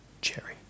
cherry